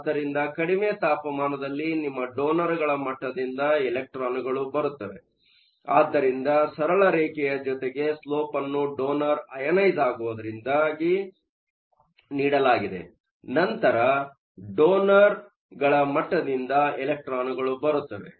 ಆದ್ದರಿಂದ ಕಡಿಮೆ ತಾಪಮಾನದಲ್ಲಿ ನಿಮ್ಮ ಡೊನರ್ಗಳ ಮಟ್ಟದಿಂದ ಎಲೆಕ್ಟ್ರಾನ್ಗಳು ಬರುತ್ತವೆ